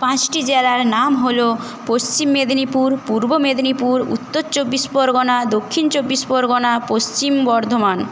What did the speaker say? পাঁচটি জেলার নাম হল পশ্চিম মেদিনীপুর পূর্ব মেদিনীপুর উত্তর চব্বিশ পরগনা দক্ষিণ চব্বিশ পরগনা পশ্চিম বর্ধমান